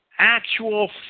Actual